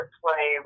play